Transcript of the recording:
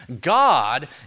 God